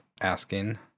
asking